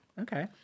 Okay